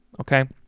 okay